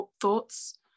thoughts